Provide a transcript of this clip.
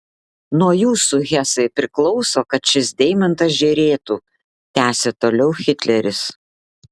nuo jūsų hesai priklauso kad šis deimantas žėrėtų tęsė toliau hitleris